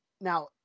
now